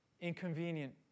inconvenient